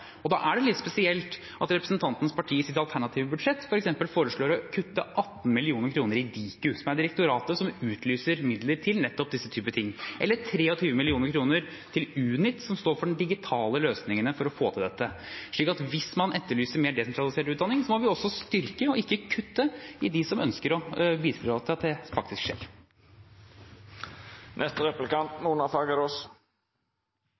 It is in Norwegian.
Da er det litt spesielt at representantens parti i sitt alternative budsjett f.eks. foreslår å kutte 18 mill. kr til Diku, som er direktoratet som utlyser midler til nettopp disse, og 23 mill. kr til Unit, som står for de digitale løsningene for å få til dette. Hvis man etterlyser mer desentralisert utdanning, må vi også styrke og ikke kutte til dem som ønsker å bidra til at det faktisk skjer.